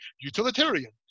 utilitarian